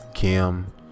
Kim